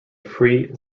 free